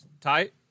Tight